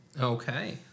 okay